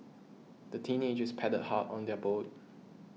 the teenagers paddled hard on their boat